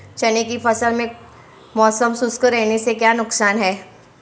चने की फसल में मौसम शुष्क रहने से क्या नुकसान है?